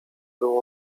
był